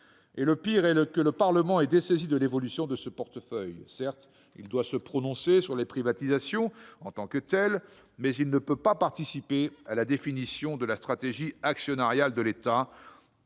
Le pire est que le Parlement est dessaisi : il n'intervient pas sur l'évolution de ce portefeuille. Certes, il doit se prononcer sur les privatisations en tant que telles, mais il ne peut pas participer à la définition de la stratégie actionnariale de l'État.